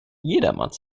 jedermanns